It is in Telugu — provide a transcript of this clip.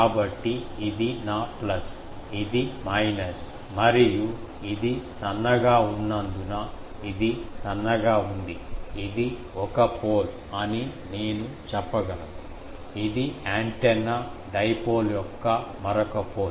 కాబట్టి ఇది నా ప్లస్ ఇది మైనస్ మరియు ఇది సన్నగా ఉన్నందున ఇది సన్నగా ఉంది ఇది ఒక పోల్ అని నేను చెప్పగలను ఇది యాంటెన్నా డైపోల్ యొక్క మరొక పోల్